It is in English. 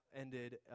ended